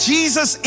Jesus